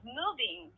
moving